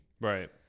Right